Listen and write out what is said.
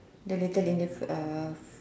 the letter of